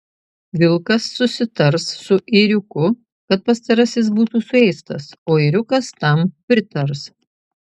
vilkas susitars su ėriuku kad pastarasis būtų suėstas o ėriukas tam pritars